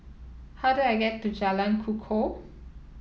how do I get to Jalan Kukoh